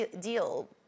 deal